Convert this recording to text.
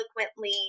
eloquently